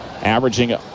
averaging